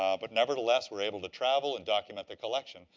um but nevertheless, were able to travel and document the collection.